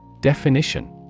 DEFINITION